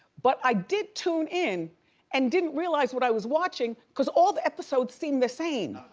but i did tune in and didn't realize what i was watching cause all the episodes seem the same.